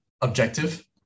objective